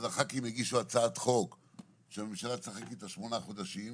אז הח"כים יגישו הצעת חוק שהממשלה תשחק איתה שמונה חודשים,